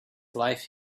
life